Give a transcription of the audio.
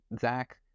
Zach